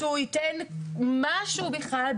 כפי שאמר עורך דין זינגר מטעמנו,